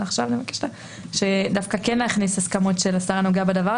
אבל עכשיו --- דווקא כן להכניס הסכמות של השר הנוגע בדבר.